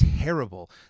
terrible